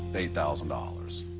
eight thousand dollars.